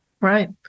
Right